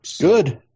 Good